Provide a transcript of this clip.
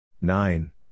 Nine